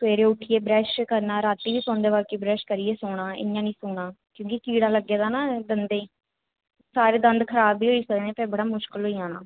सबेरे उट्ठियै ब्रश करना रातीं बी सोंदे मौकी ब्रश करियै सोना इ'यां नि सोना क्योंकि कीड़ा लग्गे दा ना दंदें गी सारे दंद खराब बी होई सकदे ते बड़ा मुश्किल होई जाना